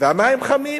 והמים חמים.